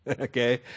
okay